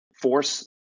force